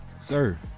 sir